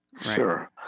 Sure